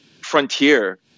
frontier